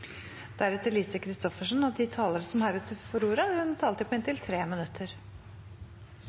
De talere som heretter får ordet, har en taletid på inntil 3 minutter.